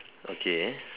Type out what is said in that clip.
okay